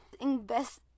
invest